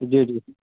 جی جی